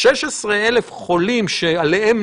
והשבוע נעלה גם